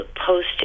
post